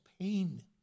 pain